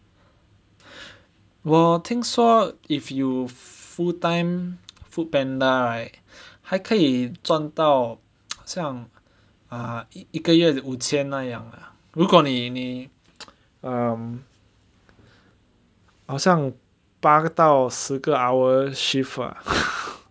我听说 if you full time FoodPanda right 还可以赚到像 ah 一个月五千那样 ah 如果你你 um 好像八个到十个 hour shift ah